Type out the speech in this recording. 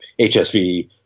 hsv